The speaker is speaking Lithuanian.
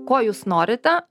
ko jūs norite